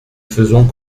faisons